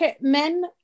men